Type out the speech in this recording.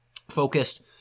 focused